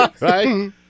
Right